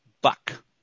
buck